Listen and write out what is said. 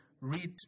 read